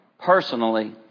personally